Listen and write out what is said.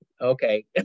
Okay